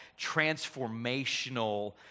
transformational